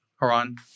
Haran